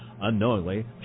Unknowingly